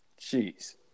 Jeez